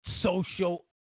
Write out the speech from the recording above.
social